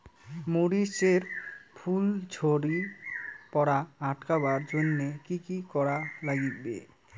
মরিচ এর ফুল ঝড়ি পড়া আটকাবার জইন্যে কি কি করা লাগবে?